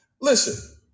Listen